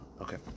Okay